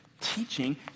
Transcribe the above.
teaching